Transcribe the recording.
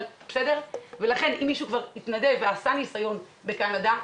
אבל אם מישהו כבר התנדב ועשה ניסיון בקנדה,